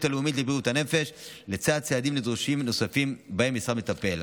הלאומית לבריאות הנפש לצד צעדים דרושים נוספים שבהם המשרד מטפל.